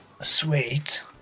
sweet